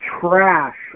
trash